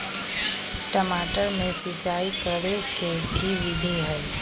टमाटर में सिचाई करे के की विधि हई?